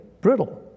brittle